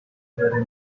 were